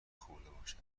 خوردهباشد